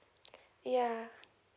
yeah